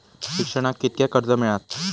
शिक्षणाक कीतक्या कर्ज मिलात?